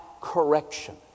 correction